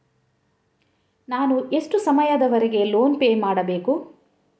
ನಾನು ಎಷ್ಟು ಸಮಯದವರೆಗೆ ಲೋನ್ ಪೇ ಮಾಡಬೇಕು?